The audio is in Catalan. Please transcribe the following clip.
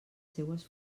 seues